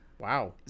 Wow